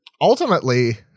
ultimately